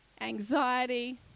anxiety